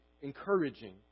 encouraging